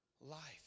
life